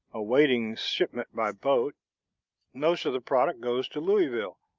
awaiting shipment by boat most of the product goes to louisville,